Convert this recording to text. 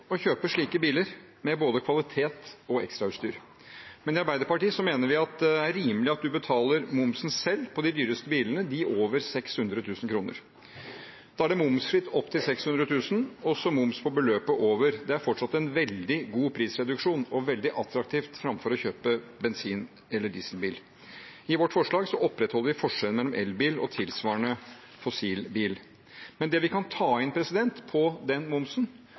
slike biler med både kvalitet og ekstrautstyr. Men i Arbeiderpartiet mener vi det er rimelig at man betaler momsen selv på de dyreste bilene, de over 600 000 kr. Da er det momsfritt opp til 600 000 kr og moms på beløpet over. Det er fortsatt en veldig god prisreduksjon og veldig attraktivt framfor å kjøpe bensin- eller dieselbil. I vårt forslag opprettholder vi forskjellen mellom elbil og tilsvarende fossilbil. Det vi kan ta inn på den momsen,